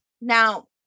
now